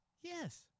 Yes